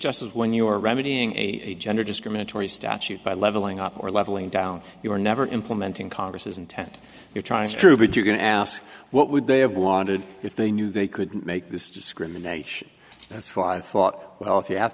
justice when your remedying age under discriminatory statute by leveling up or leveling down you're never implementing congress's intent you're trying to prove it you're going to ask what would they have wanted if they knew they couldn't make this discrimination that's why i thought well if you have